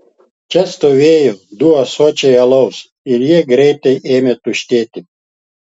čia stovėjo du ąsočiai alaus ir jie greitai ėmė tuštėti